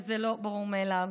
וזה לא ברור מאליו.